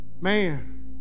man